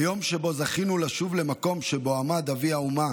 היום שבו זכינו לשוב למקום שבו עמד אבי האומה